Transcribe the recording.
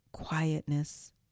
Quietness